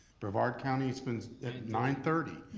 brevard county so opens at nine thirty.